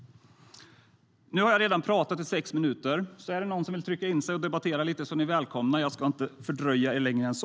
Nu har jag redan talat i sex minuter, så om någon vill debattera lite är ni välkomna. Jag ska inte fördröja er längre än så.